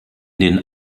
den